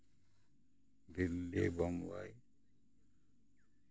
Delhi Bombay